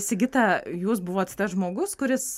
sigita jūs buvot tas žmogus kuris